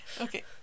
Okay